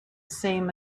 same